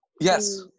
Yes